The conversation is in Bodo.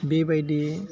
बेबायदि